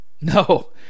No